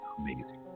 amazing